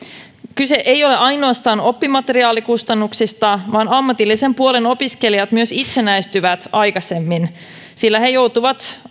kyse ei ole ainoastaan oppimateriaalikustannuksista vaan ammatillisen puolen opiskelijat myös itsenäistyvät aikaisemmin sillä he joutuvat